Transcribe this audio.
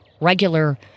regular